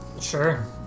Sure